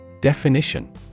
Definition